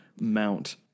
mount